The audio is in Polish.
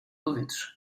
powietrze